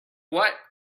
what